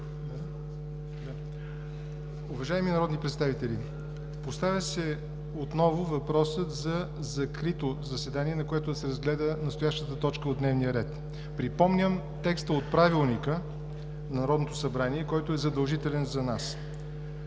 Уважаеми народни представители, отново се поставя въпросът за закрито заседание, на което да се разгледа настоящата точка от дневния ред. Припомням текста от Правилника на Народното събрание, който е задължителен за нас: